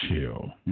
Chill